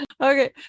Okay